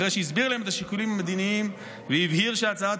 אחרי שהסביר להם את השיקולים המדיניים והבהיר שהצעת